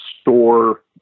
store